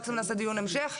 מקסימום נעשה דיון המשך.